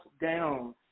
down